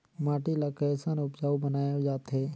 माटी ला कैसन उपजाऊ बनाय जाथे?